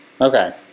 Okay